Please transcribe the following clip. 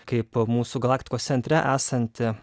kai po mūsų galaktikos centre esanti